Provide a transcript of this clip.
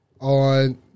On